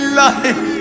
life